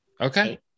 Okay